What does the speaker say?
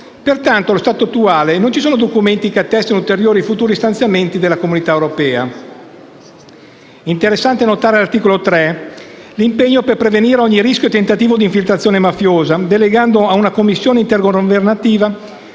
Pertanto, allo stato attuale, non vi sono documenti che attestino ulteriori futuri stanziamenti dell'Unione europea. Interessante poi notare nell'articolo 3 l'impegno per prevenire ogni rischio o tentativo di infiltrazione mafiosa, delegando ad una commissione intergovernativa